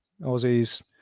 Aussies